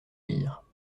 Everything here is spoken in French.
lire